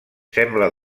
sembla